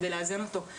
כדי לאזן אותו,